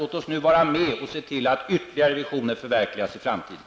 Låt oss nu vara med och se till att ytterligare visioner förverkligas i framtiden.